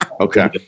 Okay